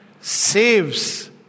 saves